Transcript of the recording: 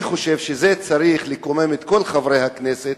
אני חושב שזה צריך לקומם את כל חברי הכנסת,